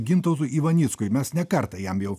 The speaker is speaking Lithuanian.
gintautui ivanickui mes ne kartą jam jau